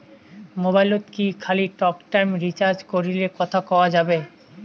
মোবাইলত কি খালি টকটাইম রিচার্জ করিলে কথা কয়া যাবে?